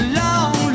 long